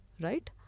right